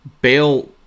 Bale